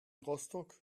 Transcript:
rostock